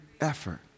effort